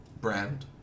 Brand